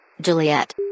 Juliet